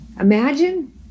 Imagine